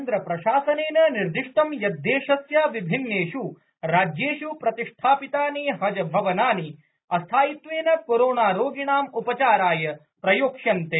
हजभवनानि केन्द्र प्रशासनेन निर्दिष्ट यत् देशस्य विभिन्नेष् राज्येष् प्रतिष्ठापितानि हज भवनानि अस्थायित्वेन कोरोना रोगिणाम् उपचाराय प्रयोक्ष्यन्ते